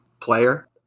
player